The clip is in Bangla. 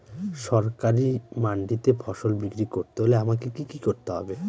সরকারি মান্ডিতে ফসল বিক্রি করতে হলে আমাকে কি কি করতে হবে?